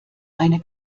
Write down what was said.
eine